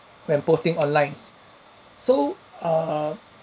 when posting onlines so err